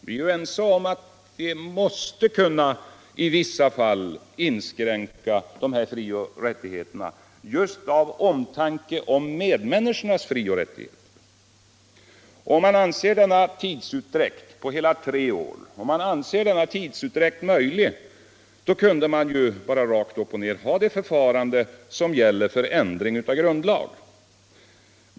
Vi är ju ense om att vi i vissa fall måste kunna inskränka de här frioch rättigheterna just av omtanke om medmänniskornas frioch rättigheter. Om man anser denna tidsutdräkt på hela tre år möjlig, kunde man ju bara rakt upp och ner ha det förfarande som gäller för förändring av grundlag.